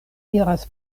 iras